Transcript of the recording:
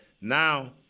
now